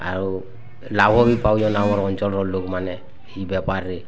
ଆଉ ଲାଭ ବି ପାଉଛନ୍ ଆମର୍ ଅଞ୍ଚଳର ଲୋକମାନେ ଏହି ବେପାରରେ